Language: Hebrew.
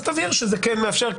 תבהיר שזה כן מאפשר,